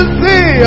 see